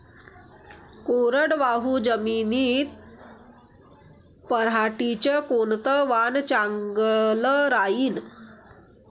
कोरडवाहू जमीनीत पऱ्हाटीचं कोनतं वान चांगलं रायीन?